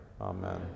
Amen